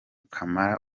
kamara